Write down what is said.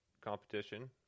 competition